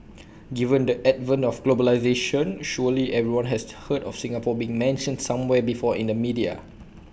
given the advent of globalisation surely everyone has heard of Singapore being mentioned somewhere before in the media